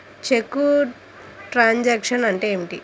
చెక్కు truncation అంటే ఏమిటి?